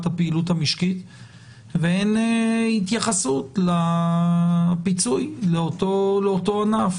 הפעילות המשקית ואין התייחסות לפיצוי לאותו ענף.